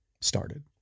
started